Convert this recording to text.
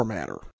Matter